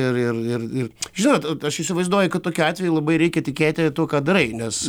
ir ir ir ir žinot aš įsivaizduoju kad tokiu atveju labai reikia tikėti tuo ką darai nes